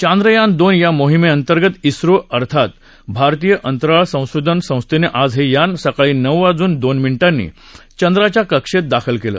चांद्रयान दोन या मोहिमेंतर्गत इस्रो अर्थात भारतीय अंतराळ संशोधन संस्थेनं आज हे यान सकाळी नऊ वाजून दोन मिनिटांनी चंद्राच्या कक्षेत दाखल केलं